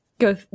Go